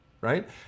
right